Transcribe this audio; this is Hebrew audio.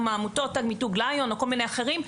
מעמותות על מיתוג ליון או כל מיני אחרים,